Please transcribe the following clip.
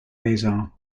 besar